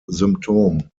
symptom